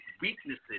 weaknesses